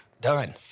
Done